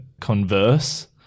converse